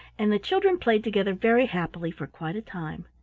and the children played together very happily for quite a time.